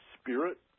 spirit